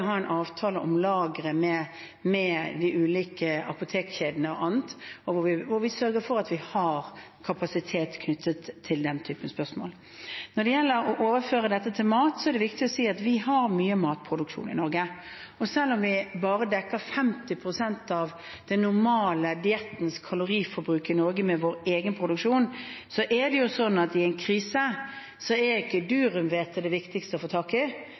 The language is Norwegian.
ha en avtale om lagre med de ulike apotekkjedene og annet, hvor vi sørger for at vi har kapasitet knyttet til den type spørsmål. Når det gjelder å overføre dette til mat, er det viktig å si at vi har mye matproduksjon i Norge. Selv om vi bare dekker 50 pst. av den normale diettens kaloriforbruk i Norge med egen produksjon, er det sånn at i en krise er ikke durumhvete blant de tingene det er viktigst å få tak i,